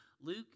Luke